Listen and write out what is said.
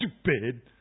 Stupid